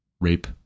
rape